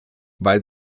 weil